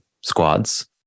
squads